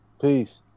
Peace